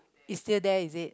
is still there is it